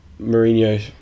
Mourinho